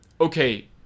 okay